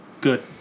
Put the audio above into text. Good